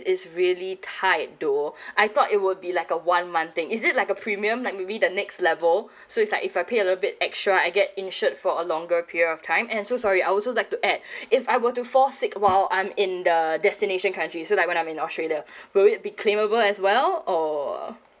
is really tight though I thought it would be like a one month thing is it like a premium like maybe the next level so it's like if I pay a little bit extra I get insured for a longer period of time and so sorry I also like to add if I were to fall sick while I'm in the destination countries so like when I'm in the australia will it be claimable as well or